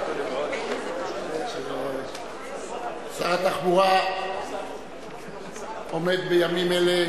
שר התחבורה בימים אלה